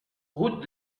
route